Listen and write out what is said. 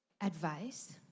advice